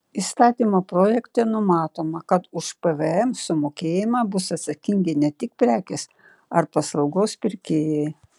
įstatymo projekte numatoma kad už pvm sumokėjimą bus atsakingi ne tik prekės ar paslaugos pirkėjai